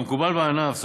כמקובל בענף,